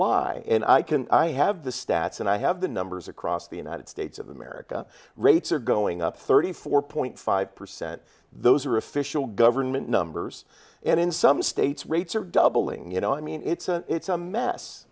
lie and i can i have the stats and i have the numbers across the united states of america rates are going up thirty four point five percent those are official government numbers and in some states rates are doubling you know i mean it's a it's a mess